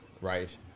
right